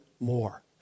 more